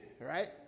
right